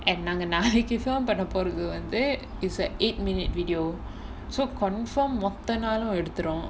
and நாங்க நாளைக்கு தான் பண்ண போறது வந்து:naanga naalaikku thaan panna porathu vanthu is an eight minute video so confirm மொத்த நாளு எடுத்துரு:moththa naalu eduthuru